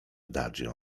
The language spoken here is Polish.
adagio